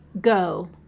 Go